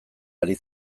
ari